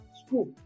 school